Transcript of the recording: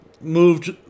moved